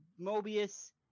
Mobius